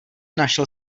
našel